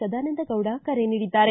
ಸದಾನಂದಗೌಡ ಕರೆ ನೀಡಿದ್ದಾರೆ